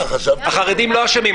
החרדים לא אשמים.